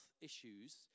issues